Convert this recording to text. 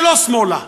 ולא שמאלה,